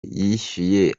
yishyuye